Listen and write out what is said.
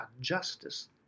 justice